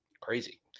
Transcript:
crazy